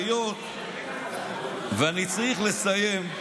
היות שאני צריך לסיים,